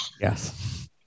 Yes